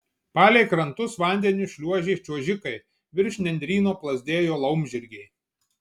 palei krantus vandeniu šliuožė čiuožikai virš nendryno plazdėjo laumžirgiai